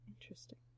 Interesting